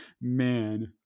man